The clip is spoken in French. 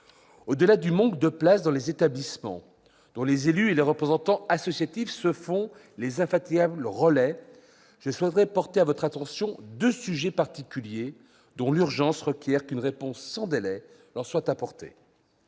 du manque de places dans les établissements, dont les élus et les représentants associatifs se font les infatigables relais, je souhaite appeler votre attention sur deux sujets particuliers, dont l'urgence requiert qu'une réponse leur soit apportée